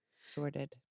Sorted